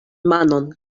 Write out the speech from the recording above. manon